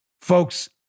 Folks